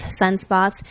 sunspots